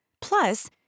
Plus